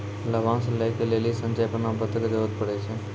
लाभांश लै के लेली संचय प्रमाण पत्र के जरूरत पड़ै छै